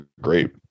great